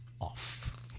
off